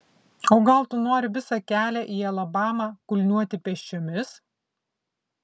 o gal tu nori visą kelią į alabamą kulniuoti pėsčiomis